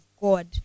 God